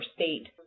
state